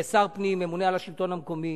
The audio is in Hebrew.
כשר הפנים, הממונה על השלטון המקומי,